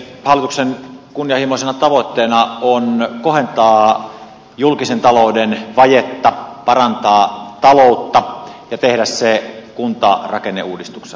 hallituksen kunnianhimoisena tavoitteena on kohentaa julkisen talouden vajetta parantaa taloutta ja tehdä se kuntarakenneuudistuksella